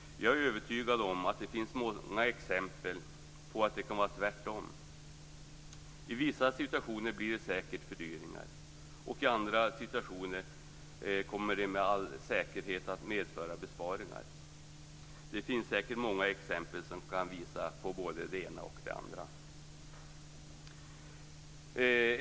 Jag är övertygad om att det finns många exempel på att det kan vara tvärtom. I vissa situationer blir det säkert fördyringar, och i andra situationer kommer det med all säkerhet att medföra besparingar. Det finns säkert många exempel som kan visa både på det ena och på det andra.